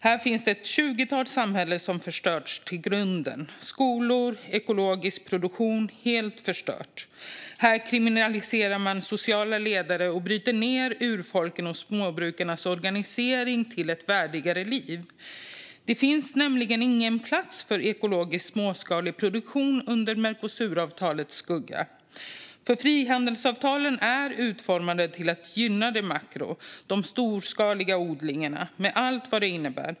Här finns det ett tjugotal samhällen som har förstörts till grunden. Skolor och ekologisk produktion är helt förstörda. Här kriminaliserar man sociala ledare och bryter ned urfolkens och småbrukarnas organisering för ett värdigare liv. Det finns nämligen ingen plats för ekologisk småskalig produktion under Mercosuravtalets skugga. Frihandelsavtalen är nämligen utformade för att gynna detta makro, de storskaliga odlingarna, med allt vad det innebär.